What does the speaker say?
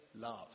Love